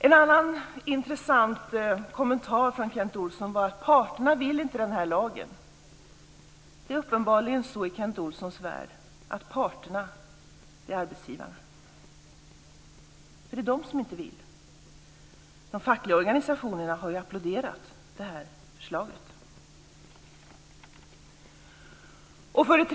En annan intressant kommentar från Kent Olsson var att parterna inte vill ha denna lag. I Kent Olssons värld är parterna uppenbarligen arbetsgivarna, för det är de som inte vill. De fackliga organisationerna har applåderat förslaget.